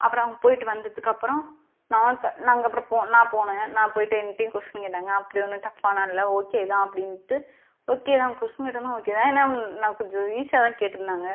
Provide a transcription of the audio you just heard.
அப்புறம் போய்ட்டு வந்ததுக்கு அப்புறம் நாங்கள் நான் போனேன் நான் போய்ட்டு என்டையும் கொஸ்டின் கேட்டாங்க அப்படி ஒன்றும் டஃப்பாகலாம் இல்லை ஓகே தான் அப்படிட்ன்டு ஓகே தான் கொஸ்டின் கேட்டதுலாம் ஓகே தான் ஏன்னா நான் கொஞ்சம் ஈஸியாக தான் கேட்டிருந்தாங்க